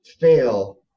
fail